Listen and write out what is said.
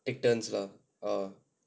take turns lah ah